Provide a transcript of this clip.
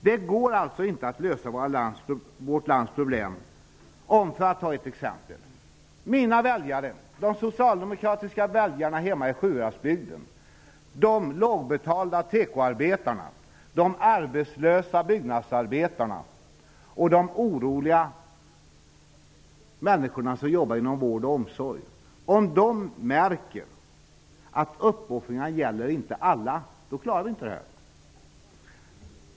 Det går alltså inte att lösa vårt lands problem om -- för att ta ett exempel -- mina väljare, dvs. de socialdemokratiska väljarna hemma i Sjuhäradsbygden, lågbetalda tekoarbetare, arbetslösa byggnadsarbetare och oroliga människor som jobbar inom vård och omsorg märker att uppoffringarna inte gäller alla. Då klarar vi alltså inte nämnda uppgift.